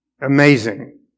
Amazing